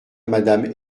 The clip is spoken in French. madame